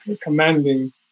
commanding